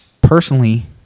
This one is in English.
Personally